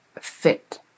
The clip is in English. fit